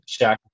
Shaq